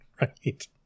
right